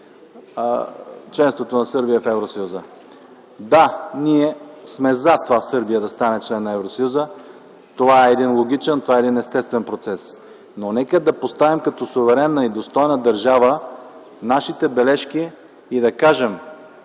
членството на Сърбия в Евросъюза. Да, ние сме за това Сърбия да стане член на Евросъюза. Това е един логичен, един естествен процес. Но нека да поставим като суверенна и достойна държава нашите бележки и да кажем: